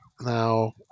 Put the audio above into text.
Now